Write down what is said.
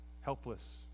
helpless